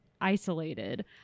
isolated